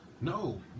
No